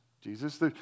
Jesus